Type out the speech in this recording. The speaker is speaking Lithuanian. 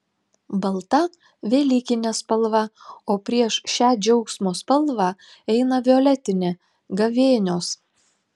balta velykinė spalva o prieš šią džiaugsmo spalvą eina violetinė gavėnios